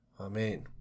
Amen